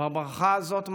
בברכה הזאת ממש: